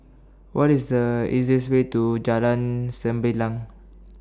What IS The easiest Way to Jalan Sembilang